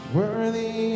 worthy